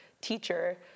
Teacher